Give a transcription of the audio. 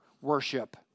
worship